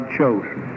chosen